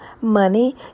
money